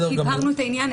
שהבהרנו את העניין,